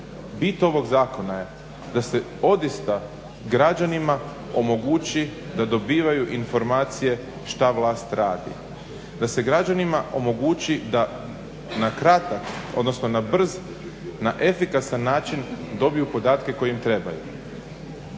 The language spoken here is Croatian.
Bit ovog zakona je da se odista građanima omogući da dobivaju informacije šta vlast radi, da se građanima omogući da na kratak odnosno na brz, na efikasan način dobiju podatke koji im trebaju.